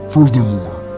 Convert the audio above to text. Furthermore